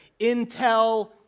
Intel